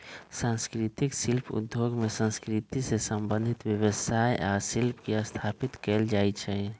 संस्कृतिक शिल्प उद्योग में संस्कृति से संबंधित व्यवसाय आ शिल्प के स्थापित कएल जाइ छइ